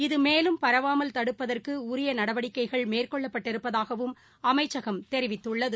இது மேலும் பரவாமல் தடுப்பதற்குஉரியநடவடிக்கைகள் மேற்கொள்ளபட்டிருப்பதாகவும் அமைச்சகம் தெரிவித்துள்ளது